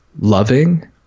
loving